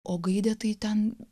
o gaidė tai ten